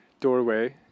doorway